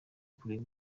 kureba